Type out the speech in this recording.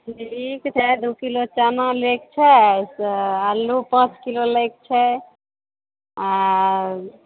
ठीक छै दू किलो चना लै के छै से आलू पॉंच किलो लैके छै आओर